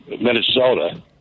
Minnesota